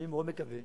אני מאוד מקווה,